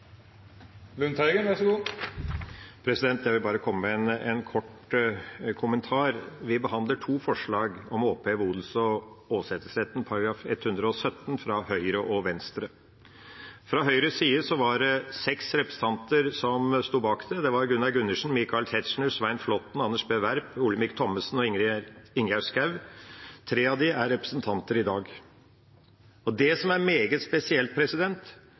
vil bare komme med en kort kommentar. Vi behandler to forslag om å oppheve odels- og åsetesretten, § 117, fra Høyre og Venstre. Fra Høyres side var det seks representanter som sto bak det, Gunnar Gundersen, Michael Tetzschner, Svein Flåtten, Anders B. Werp, Olemic Thommessen og Ingjerd Schou. Tre av dem er representanter i dag. Det som er meget spesielt,